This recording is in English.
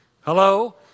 Hello